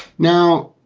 now,